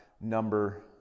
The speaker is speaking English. number